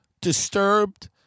disturbed